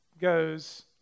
goes